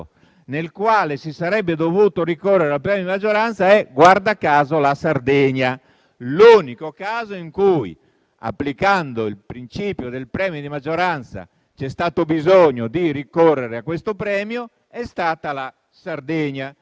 nel quale si sarebbe dovuto ricorrere al premio di maggioranza è, guarda caso, la Sardegna: l'unico caso in cui, applicando il principio del premio di maggioranza, c'è stato bisogno di ricorrere a questo premio è stata la Sardegna.